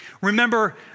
Remember